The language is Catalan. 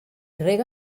rega